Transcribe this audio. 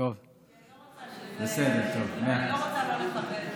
אני לא רוצה לא לכבד.